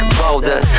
bolder